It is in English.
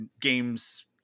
games